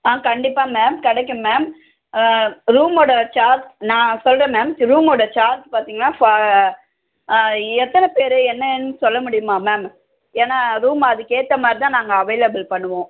ஆ கண்டிப்பாக மேம் கிடைக்கும் மேம் ஆ ரூமோடய சார்ஜ் நான் சொல்கிறேன் மேம் ரூமோட சார்ஜ்ஜி பார்த்திங்கனா ஃபா எத்தனை பேரு என்னென்னு சொல்ல முடியுமா மேம் ஏன்னா ரூம் அதுக்கேற்ற மாதிரி தான் நாங்கள் அவைலபிள் பண்ணுவோம்